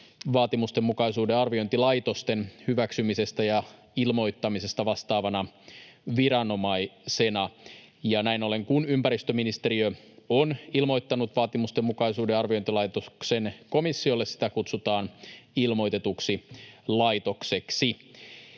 vaatimustenmukaisuuden arviointilaitosten hyväksymisestä ja ilmoittamisesta vastaavana viranomaisena, ja näin ollen, kun ympäristöministeriö on ilmoittanut vaatimustenmukaisuuden arviointilaitoksen komissiolle, sitä kutsutaan ilmoitetuksi laitokseksi.